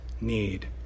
need